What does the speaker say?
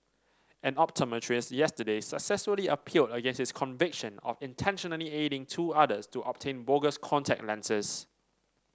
an optometrist yesterday successfully appealed against his conviction of intentionally aiding two others to obtain bogus contact lenses